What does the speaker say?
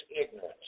ignorance